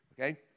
Okay